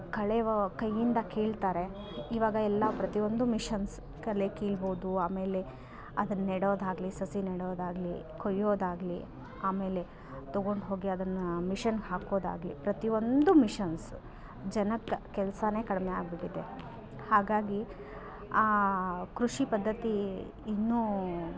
ಕಳೆವ ಕೈಯಿಂದ ಕೀಳ್ತಾರೆ ಇವಾಗ ಎಲ್ಲ ಪ್ರತಿಯೊಂದು ಮಿಷನ್ಸ್ ಕಲೆ ಕೀಳ್ಬೋದು ಆಮೇಲೆ ಅದನ್ನ ನೆಡೊದಾಗಲಿ ಸಸಿ ನೆಡೋದಾಗಲಿ ಕುಯ್ಯೋದಾಗಲಿ ಆಮೇಲೆ ತಗೊಂಡು ಹೋಗಿ ಅದನ್ನು ಮಿಷನ್ ಹಾಕೋದಾಗಲಿ ಪ್ರತಿಯೊಂದು ಮಿಷನ್ಸ್ ಜನಕ್ಕೆ ಕೆಲಸವೇ ಕಡಿಮೆ ಆಗ್ಬಿಟ್ಟಿದೆ ಹಾಗಾಗಿ ಕೃಷಿ ಪದ್ಧತಿ ಇನ್ನು